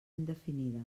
indefinida